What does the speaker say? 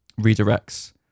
redirects